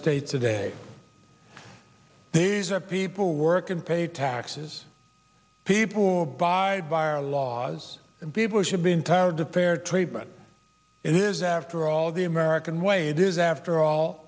states today these are people work and pay taxes people by by our laws and people should be in tired to fair trade but it is after all the american way it is after all